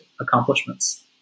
accomplishments